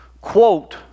quote